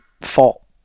fault